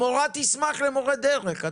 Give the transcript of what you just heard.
המורה תשמח למורה דרך בכיתה.